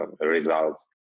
results